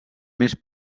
més